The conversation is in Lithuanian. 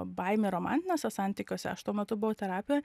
baimė romantiniuose santykiuose aš tuo metu buvau terapijoj